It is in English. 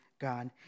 God